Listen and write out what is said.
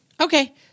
Okay